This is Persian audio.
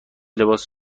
لباس